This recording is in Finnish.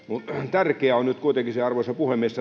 tärkeää on nyt kuitenkin arvoisa puhemies